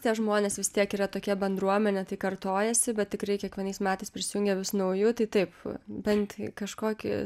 tie žmonės vis tiek yra tokia bendruomenė tai kartojasi bet tikrai kiekvienais metais prisijungia vis naujų tai taip bent kažkokį